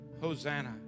Hosanna